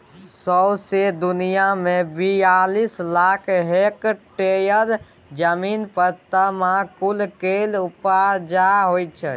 सौंसे दुनियाँ मे बियालीस लाख हेक्टेयर जमीन पर तमाकुल केर उपजा होइ छै